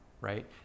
right